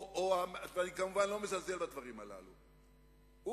ואני כמובן לא מזלזל בדברים הללו, הוא